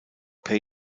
page